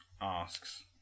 asks